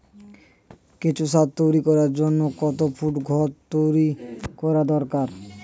কেঁচো সার তৈরি করার জন্য কত ফুট ঘর তৈরি করা দরকার?